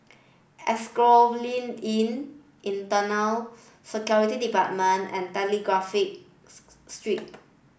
Asphodel Inn Internal Security Department and Telegraph Street